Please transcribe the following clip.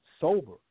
Sober